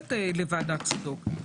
מתייחסת לוועדת צדוק.